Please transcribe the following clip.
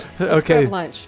Okay